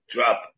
Drop